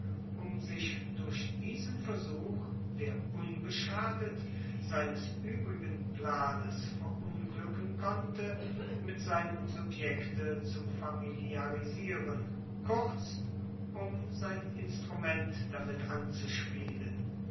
um sich durch diesen versuch der unbeschadet seines übrigen planes verunglücken konnte mit seinem subjekte zu familiarisieren kurz um sein instrument damit anzuspielen